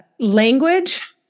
Language